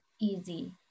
easy